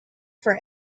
for